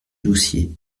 doucier